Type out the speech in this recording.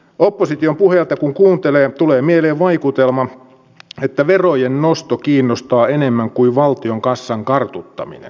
opposition puheita kun kuuntelee tulee mieleen vaikutelma että verojen nosto kiinnostaa enemmän kuin valtion kassan kartuttaminen